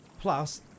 Plus